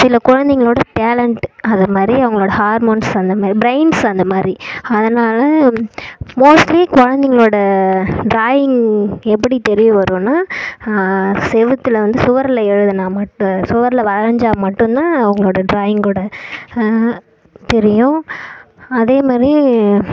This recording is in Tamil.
சில குழந்தைங்களோட டேலண்ட் அதைமாரி அவங்களோட ஹார்மோன்ஸ் அந்தமாதிரி ப்ரைன்ஸ் அந்தமாதிரி அதனால் மோஸ்ட்லி குழந்தைங்களோட ட்ராயிங் எப்படி தெரிய வரும்னா செவத்துல வந்து சுவரில் எழுதினா மட்டும் சுவரில் வரைஞ்சா மட்டும்தான் அவங்களோட ட்ராயிங்கோடய தெரியும் அதேமாரி